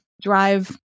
drive